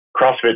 CrossFit